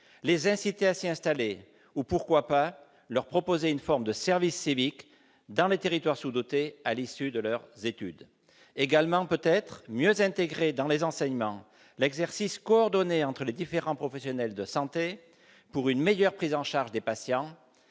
les inciter à s'y installer ou, pourquoi pas, leur proposer une forme de service civique dans ces zones sous-dotées à l'issue de leurs études ? Ne serait-il pas envisageable également de mieux intégrer dans les enseignements l'exercice coordonné entre les différents professionnels de santé pour une meilleure prise en charge des patients,